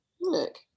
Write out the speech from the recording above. Look